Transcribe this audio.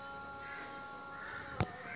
ನಡಕಟ್ಟಿನ ಕೂರಿಗೆ ಬಳಸುತ್ತಾರೆ?